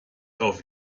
auf